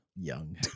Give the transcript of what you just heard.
young